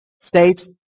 states